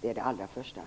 Det är det allra första.